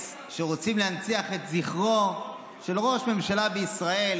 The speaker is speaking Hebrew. שרוצים להנציח את זכרו של ראש ממשלה בישראל,